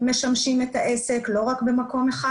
שמשמשים את העסק ולא רק במקום אחד.